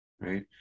right